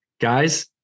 guys